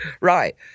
right